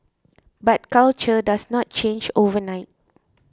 but culture does not change overnight